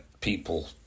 people